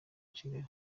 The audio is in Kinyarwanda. kigali